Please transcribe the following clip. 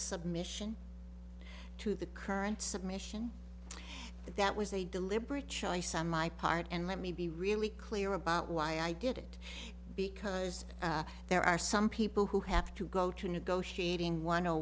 submission to the current submission that that was a deliberate choice on my part and let me be really clear about why i did it because there are some people who have to go to negotiating one o